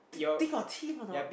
they they got teeth or not